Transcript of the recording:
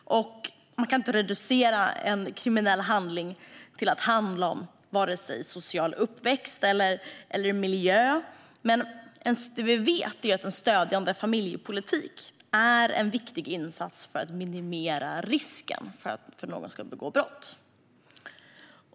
Man kan inte reducera en kriminell handling till att handla om vare sig uppväxt eller social miljö. Men vi vet att en stödjande familjepolitik är en viktig insats för att minimera risken för att någon ska begå brott.